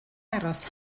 aros